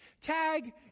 Tag